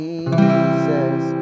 Jesus